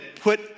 put